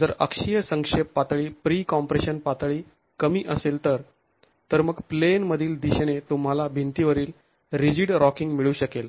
जर अक्षीय संक्षेप पातळी प्री कॉम्प्रेशन पातळी कमी असेल तर तर मग प्लेन मधील दिशेने तुम्हाला भिंतीवरील रिजिड रॉकिंग मिळू शकेल